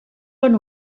van